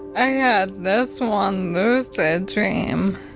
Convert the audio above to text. i had this one lucid dream,